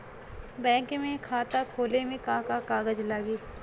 Bank में खाता खोले मे का का कागज लागी?